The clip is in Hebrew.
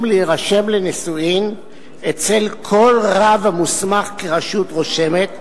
להירשם לנישואים אצל כל רב המוסמך כרשות רושמת,